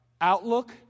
outlook